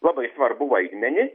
labai svarbų vaidmenį